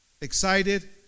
excited